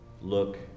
look